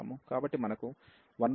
కాబట్టి మనకు 1xx21 ఉంది